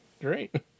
great